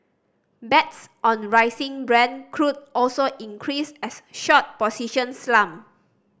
bets on rising Brent crude also increased as short positions slumped